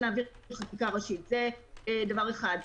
זה דבר אחד.